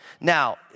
Now